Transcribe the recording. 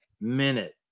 minute